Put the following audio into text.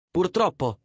Purtroppo